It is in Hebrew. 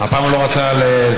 הפעם הוא לא רצה לצרף?